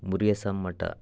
Murigeswami Math